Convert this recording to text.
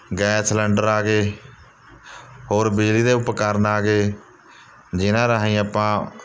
gas cylinder ਆ ਗਏ ਹੋਰ ਬਿਜਲੀ ਦੇ ਉਪਕਰਣ ਆ ਗਏ ਜਿਨਾਂ ਰਾਹੀਂ ਆਪਾਂ